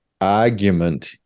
argument